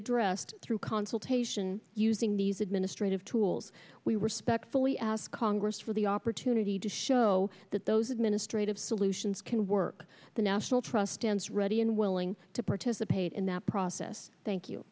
addressed through consultation using these administrative tools we respectfully ask congress for the opportunity to show that those administrative solutions can work the national trust stands ready and willing to participate in that process thank you